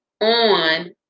on